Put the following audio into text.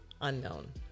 Unknown